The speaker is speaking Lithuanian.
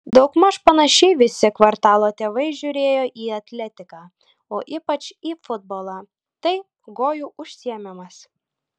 daugmaž panašiai visi kvartalo tėvai žiūrėjo į atletiką o ypač į futbolą tai gojų užsiėmimas